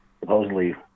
supposedly